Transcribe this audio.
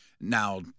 now